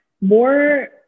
more